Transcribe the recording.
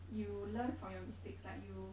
you learn from your mistakes like you